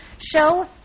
Show